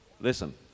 Listen